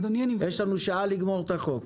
יש לנו שעה לסיים את החוק.